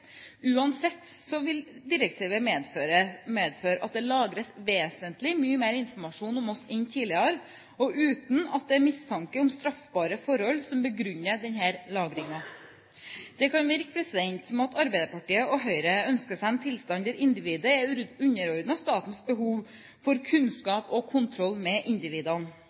Uansett vil direktivet medføre at det lagres vesentlig mye mer informasjon om oss enn tidligere, og uten at det er mistanke om straffbare forhold som begrunner denne lagringen. Det kan virke som at Arbeiderpartiet og Høyre ønsker seg en tilstand der individet er underordnet statens behov for kunnskap og kontroll med individene,